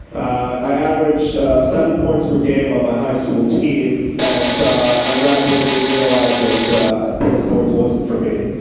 i averaged seven points per game on my high school team, and i graduated and realized that pro sports wasn't for me.